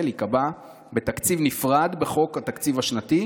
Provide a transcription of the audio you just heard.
ייקבע בתקציב נפרד בחוק התקציב השנתי,